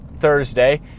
Thursday